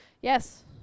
Yes